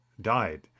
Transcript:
died